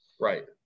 Right